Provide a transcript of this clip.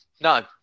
No